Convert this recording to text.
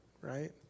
right